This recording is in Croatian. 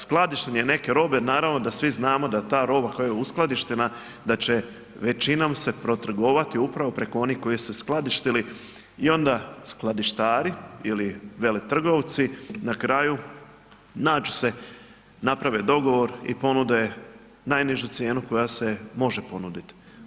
Skladištenje neke robe naravno da svi znamo da ta roba koja je uskladištena da će većinom se protrgovati upravo preko onih koji su skladištili i onda skladištari ili veletrgovci na kraju nađu se, naprave dogovor i ponude najnižu cijenu koja se može ponuditi.